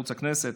ערוץ הכנסת.